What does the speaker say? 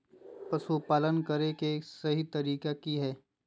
पशुपालन करें के सही तरीका की हय?